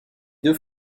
deux